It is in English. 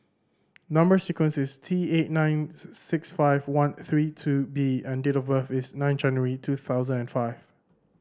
number sequence is T eight nine six five one three two B and date of birth is nine January two thousand and five